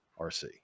RC